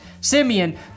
Simeon